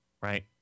right